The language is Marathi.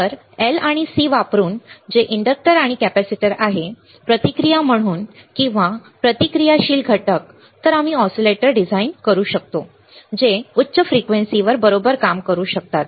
जर मी L आणि C वापरतो जे इन्डक्टर आणि कॅपेसिटन्स आहे प्रतिक्रिया म्हणून किंवा प्रतिक्रियाशील घटक तर आम्ही ऑसीलेटर डिझाइन करू शकतो जे उच्च फ्रिक्वेन्सीवर बरोबर काम करू शकतात